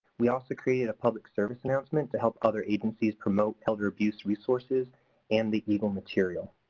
we also created a public service announcement to help other agencies promote elder abuse resources and the eagle material.